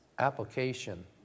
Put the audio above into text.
Application